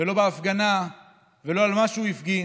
ולא בהפגנה ולא על משהו שהוא הפגין,